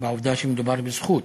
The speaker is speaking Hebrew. בעובדה שמדובר בזכות,